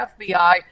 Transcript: FBI